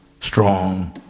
strong